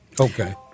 Okay